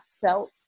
felt